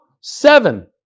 Seven